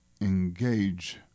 engage